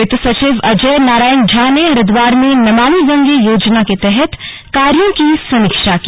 वित्त सचिव अजय नारायण झा ने हरिद्वार में नमामि गंगे योजना के तहत कार्यों की समीक्षा की